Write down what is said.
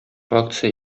акция